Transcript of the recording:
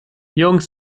jungs